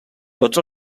tots